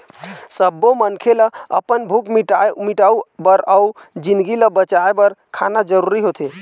सब्बो मनखे ल अपन भूख मिटाउ बर अउ जिनगी ल बचाए बर खाना जरूरी होथे